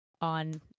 on